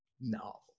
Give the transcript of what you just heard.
no